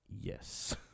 Yes